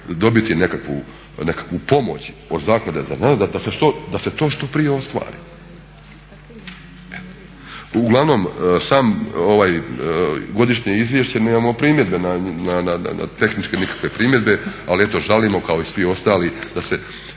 dobiti nekakvu pomoć od Zaklade za znanost da se to što prije ostvari. Uglavnom, samo ovo godišnje izvješće nemamo tehničke nikakve primjedbe ali eto žalimo kao i svi ostali da se